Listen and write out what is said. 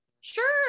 Sure